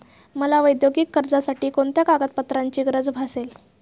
मला औद्योगिक कर्जासाठी कोणत्या कागदपत्रांची गरज भासेल?